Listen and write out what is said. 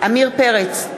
עמיר פרץ,